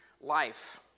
life